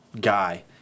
guy